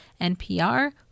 NPR